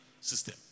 system